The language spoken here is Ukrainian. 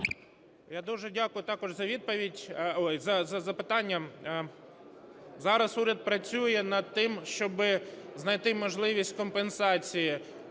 відповідь. Ой, за запитання. Зараз уряд працює над тим, щоби знайти можливість компенсації